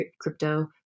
crypto